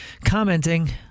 commenting